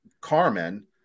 carmen